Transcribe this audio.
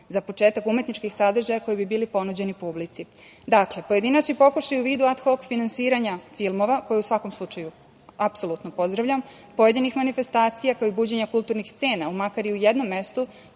za početak umetničkih sadržaja koji bi bili ponuđeni publici. Dakle, pojedinačni pokušaji u vidu ad hok finansiranja filmova, koje u svakom slučaju apsolutno pozdravljam, pojedinih manifestacija, kao i buđenja kulturnih scena makar i u jednom mestu